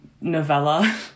novella